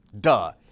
duh